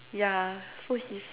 yeah so he's